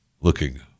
Looking